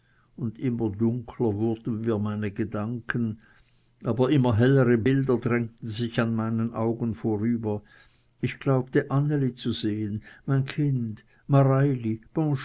und immer dunkler wurden mir meine gedanken aber immer hellere bilder drängten sich an meinen augen vorüber ich glaubte anneli zu sehen mein kind mareili